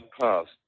past